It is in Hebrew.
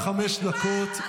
אני אבחר, בסדר?